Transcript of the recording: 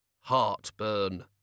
Heartburn